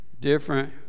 different